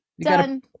Done